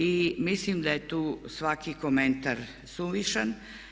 I mislim da je tu svaki komentar suvišan.